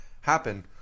happen